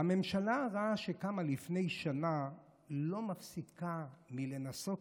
הממשלה הרעה שקמה לפני שנה לא מפסיקה לנסות